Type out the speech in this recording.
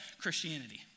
Christianity